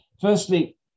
Firstly